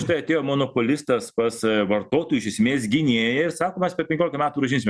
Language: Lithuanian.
štai atėjo monopolistas pas vartotojų iš esmės gynėją ir sako mes per penkiolika metų grąžinsime